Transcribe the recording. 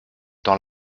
dans